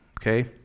Okay